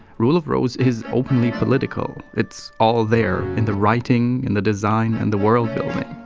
rule of rose is openly political, it's all there, in the writing, in the design and the world building.